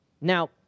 Now